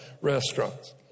restaurants